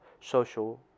social